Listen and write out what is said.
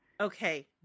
Okay